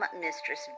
Mistress